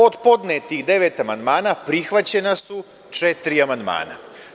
Od podnetih devet amandmana prihvaćena su četiri amandmana.